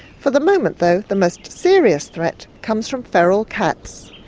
for the moment though, the most serious threat comes from feral cats.